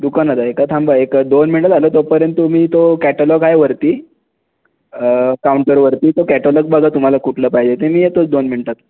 दुकानात आहे का थांबा एक दोन मिनटांत आलो तोपर्यंत तुम्ही तो कॅटलॉग आहे वरती काउंटर वरती तो कॅटलॉग बघा तुम्हाला कुठलं पाहिजे ते मी येतोच दोन मिनटांत